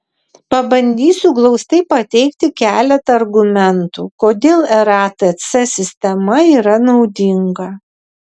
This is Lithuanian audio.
pabandysiu glaustai pateikti keletą argumentų kodėl ratc sistema yra naudinga